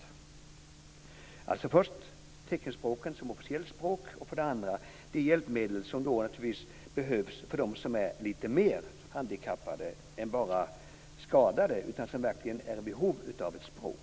Mina frågor handlar alltså för det första om teckenspråket som officiellt språk och för det andra om de hjälpmedel som behövs för dem som har ett lite allvarligare hörselhandikapp och som verkligen är i behov av ett språk.